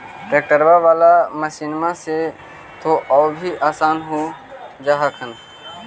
ट्रैक्टरबा बाला मसिन्मा से तो औ भी आसन हो जा हखिन?